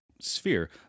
sphere